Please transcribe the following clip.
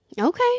Okay